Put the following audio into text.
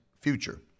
future